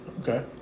Okay